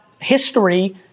history